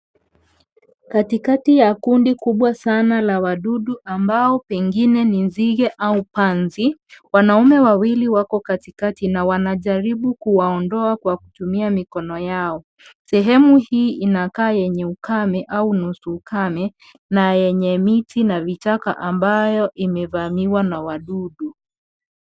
Katikati ya kundi kubwa sana la wadudu ambao pengine ni nzige au panzi. Wanaume wawili wako katikati na wanajaribu kuwaondoa kwa kutumia mikono yao. Sehemu hii, inakaa yenye ukame au nusu ukame na yenye miti na vichaka ambayo imevamiwa na wadudu.